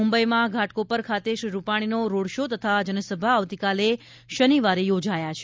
મુંબઈમાં ઘાટકોપર ખાતે શ્રી રૂપાણીનો રોડ શો તથા જનસભા આવતીકાલે શનિવારે યોજાયા છે